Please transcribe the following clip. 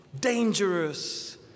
dangerous